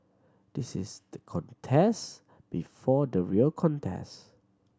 this is the contest before the real contest